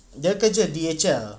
dia kerja D_H_L